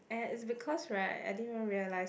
ya it's because right I didn't even realise